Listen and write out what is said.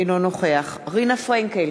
אינו נוכח רינה פרנקל,